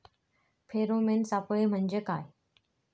Pheromone सापळे म्हंजे काय?